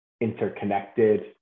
interconnected